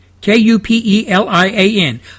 K-U-P-E-L-I-A-N